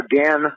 again